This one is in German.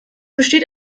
besteht